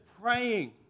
praying